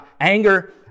anger